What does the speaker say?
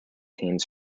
teams